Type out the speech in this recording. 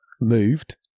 moved